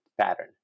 pattern